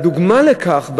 הדוגמה לכך,